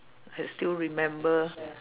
I still remember